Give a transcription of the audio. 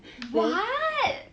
what